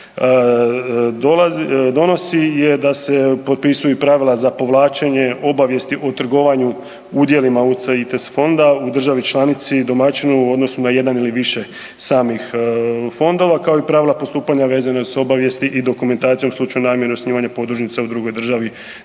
donosi je da se potpisuju i pravila za povlačenje obavijesti o trgovanju udjelima UCITS fonda u državi članici domaćinu u odnosu na jedan ili više samih fondova, kao i pravila postupanja vezane s obavijesti i dokumentaciju u slučaju namjere osnivanja podružnice u drugoj državi, dakle